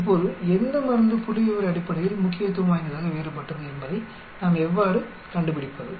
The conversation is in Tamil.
இப்போது எந்த மருந்து புள்ளிவிவர அடிப்படையில் முக்கியத்துவம் வாய்ந்ததாக வேறுபட்டது என்பதை நாம் எவ்வாறு கண்டுபிடிப்பது